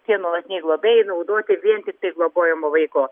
tie nuolatiniai globėjai naudoti vien tiktai globojamo vaiko